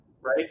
Right